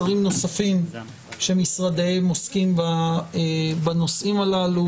שרים נוספים שמשרדיהם עוסקים בנושאים הללו,